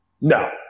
No